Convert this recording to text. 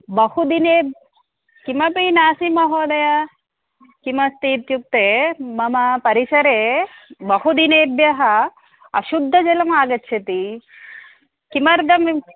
बहु दिने किमपि नास्ति महोदय किमस्ति इत्युक्ते मम परिसरे बहु दिनेभ्यः अशुद्धजलमागच्छति किमर्थम्